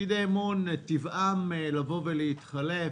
תפקידי אמון, טבעם לבוא ולהתחלף.